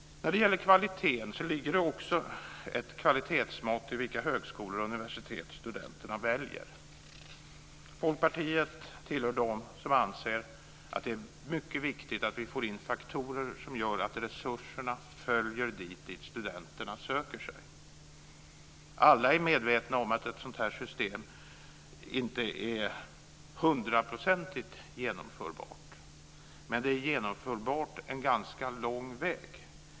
När det gäller kvaliteten ligger det också ett kvalitetsmått i vilka högskolor och universitet som studenterna väljer. Folkpartiet tillhör dem som anser att det är mycket viktigt att vi får in faktorer som gör att resurserna följer dit studenterna söker sig. Alla är medvetna om att ett sådant här system inte är hundraprocentigt genomförbart. Men det är genomförbart en ganska lång bit på väg.